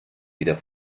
wieder